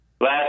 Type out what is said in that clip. last